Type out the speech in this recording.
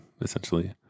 Essentially